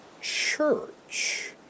Church